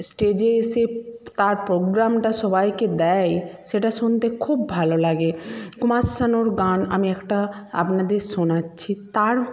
স্টেজে এসে তার পোগ্রামটা সবাইকে দেয় সেটা শুনতে খুব ভালো লাগে কুমার শানুর গান আমি একটা আপনাদের শোনাচ্ছি তার